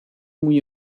muy